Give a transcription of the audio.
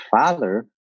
father